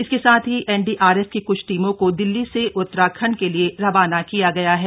इसके साथ ही एनडीआरएफ की कुछ टीमों को दिल्ली से उत्त्राखण्ड के लिए रवाना किया गया है